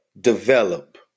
develop